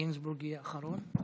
חמש דקות, בבקשה.